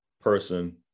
person